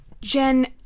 Jen